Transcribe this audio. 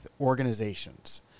organizations